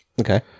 Okay